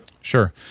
Sure